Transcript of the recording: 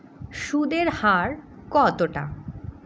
সুদের হার কতটা?